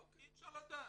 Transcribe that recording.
אי אפשר לדעת.